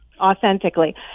Authentically